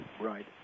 Right